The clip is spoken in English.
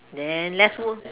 then let's move